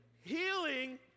healing